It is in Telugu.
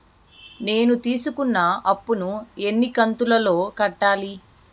నేను తీసుకున్న అప్పు ను ఎన్ని కంతులలో కట్టాలి?